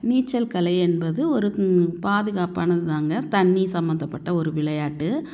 நீச்சல் கலை என்பது ஒரு பாதுகாப்பானதுதாங்க தண்ணி சம்மந்தப்பட்ட ஒரு விளையாட்டு